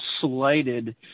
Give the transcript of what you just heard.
slighted